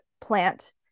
plant